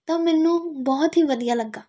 ਤਾਂ ਮੈਨੂੰ ਬਹੁਤ ਹੀ ਵਧੀਆ ਲੱਗਾ